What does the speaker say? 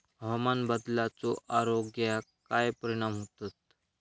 हवामान बदलाचो आरोग्याक काय परिणाम होतत?